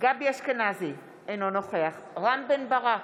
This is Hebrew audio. גבי אשכנזי, אינו נוכח רם בן ברק,